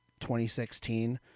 2016